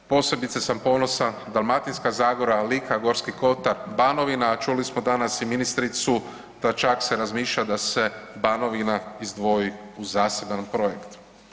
Posebice sam ponosan Dalmatinska zagora, Lika, Gorski kotar, Banovina, a čuli smo danas i ministricu da čak se razmišlja da se Banovina izdvoji u zaseban projekt.